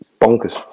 bonkers